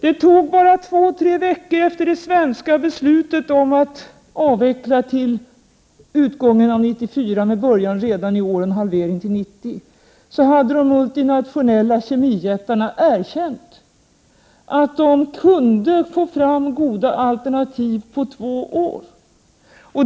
Det var bara två tre veckor efter det svenska beslutet om att avveckla till utgången av 1994 med början redan i år med en halvering till 1990 som de multinationella kemijättarna erkände att de kunde få fram goda alternativ på två år.